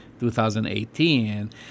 2018